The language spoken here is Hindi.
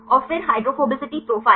और फिर हाइड्रोफोबिसिटी प्रोफ़ाइल